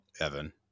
Evan